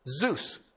Zeus